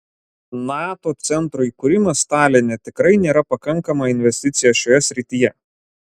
nato centro įkūrimas taline tikrai nėra pakankama investicija šioje srityje